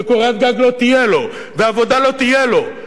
וקורת גג לא תהיה לו ועבודה לא תהיה לו,